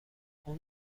اون